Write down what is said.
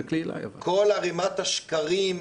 כל ערמת השקרים,